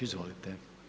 Izvolite.